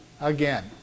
again